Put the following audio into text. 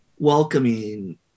welcoming